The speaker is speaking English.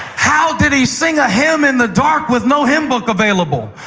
how did he sing a hymn in the dark with no hymnbook available,